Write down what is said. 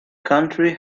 county